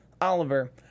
Oliver